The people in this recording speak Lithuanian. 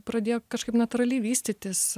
pradėjo kažkaip natūraliai vystytis